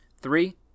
Three